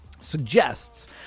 suggests